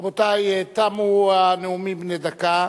רבותי, תמו הנאומים בני דקה.